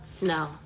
no